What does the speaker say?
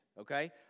okay